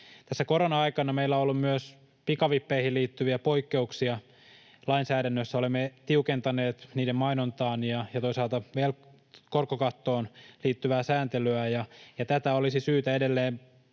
Tässä korona-aikana meillä on ollut myös pikavippeihin liittyviä poikkeuksia lainsäädännössä. Olemme tiukentaneet niiden mainontaan ja toisaalta korkokattoon liittyvää sääntelyä, ja tätä olisi syytä edelleen